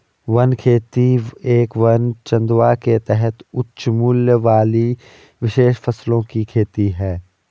one खेती एक वन चंदवा के तहत उच्च मूल्य वाली विशेष फसलों की खेती है